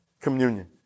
Communion